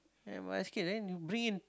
ya basket then you bring